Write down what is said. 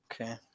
Okay